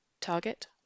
Target